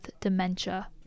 dementia